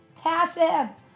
passive